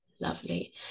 lovely